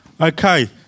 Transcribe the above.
Okay